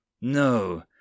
No